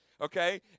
okay